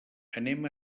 anem